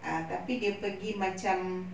err tapi dia pergi macam